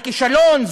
זה כישלון?